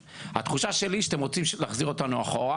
התחושה שלי היא שאתם רוצים להחזיר אותנו אחורה,